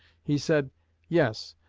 he said yes,